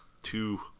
Two